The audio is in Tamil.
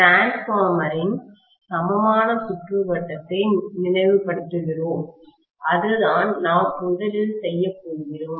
டிரான்ஸ்பார்மரின் மின்மாற்றியின் சமமான சுற்றுவட்டத்தை நினைவுபடுத்துகிறோம் அதுதான் நாம் முதலில் செய்யப் போகிறோம்